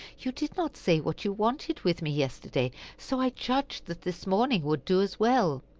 you did not say what you wanted with me yesterday, so i judged that this morning would do as well.